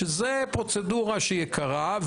שזו פרוצדורה שהיא יקרה.